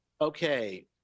okay